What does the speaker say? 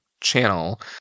channel